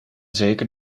zeker